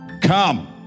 Come